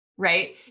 right